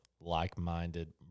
like-minded